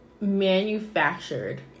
manufactured